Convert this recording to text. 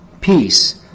peace